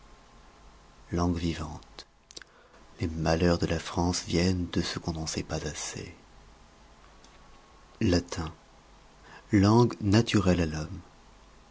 langues vivantes les malheurs de la france viennent de ce qu'on n'en sait pas assez latin langue naturelle à l'homme